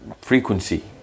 frequency